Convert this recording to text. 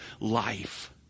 life